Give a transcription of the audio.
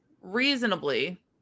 reasonably